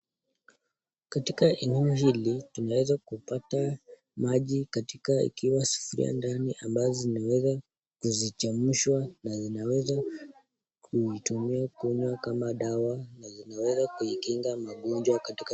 Katika eneo hili tunaweza kupata maji katika ikiwa sufuria ndani ambazo zinaweza kuzichemushwa na zinaweza kuitumia kunywa kama dawa na zinaweza kuikinga magonjwa katika